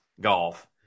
golf